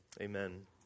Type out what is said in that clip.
Amen